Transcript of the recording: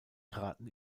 traten